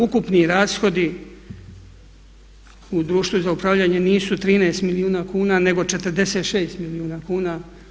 Ukupni rashodi u Društvu za upravljanje nisu 13 milijuna kuna, nego 46 milijuna kuna.